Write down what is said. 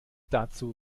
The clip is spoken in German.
dazu